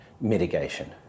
mitigation